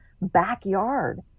backyard